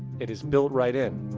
it is built right in.